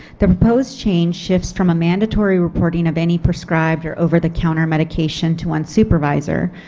the proposed change shifts from a mandatory reporting of any prescribed or over-the-counter medication to one's supervisor,